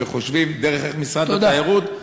וחושבים דרך משרד התיירות,